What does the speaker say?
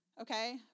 Okay